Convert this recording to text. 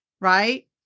Right